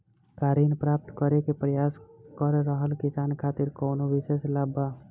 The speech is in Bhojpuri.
का ऋण प्राप्त करे के प्रयास कर रहल किसान खातिर कउनो विशेष लाभ बा?